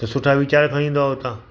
त सुठा वीचार खणी ईंदो आहे उतां